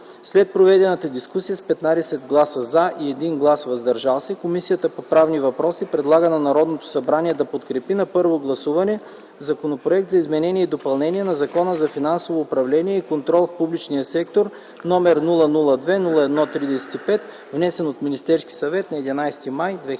След проведената дискусия с 15 гласа „за” и 1 глас „въздържал се” Комисията по правни въпроси предлага на Народното събрание да подкрепи на първо гласуване Законопроекта за изменение и допълнение на Закона за финансовото управление и контрол в публичния сектор, № 002-01-35, внесен от Министерския съвет на 11 май 2010